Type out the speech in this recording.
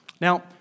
Now